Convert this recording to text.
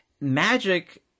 magic